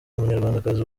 umunyarwandakazi